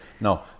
No